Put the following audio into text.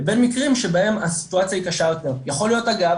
בין מיקרים שבהם הסיטואציה היא קשה יותר - יכול להיות אגב,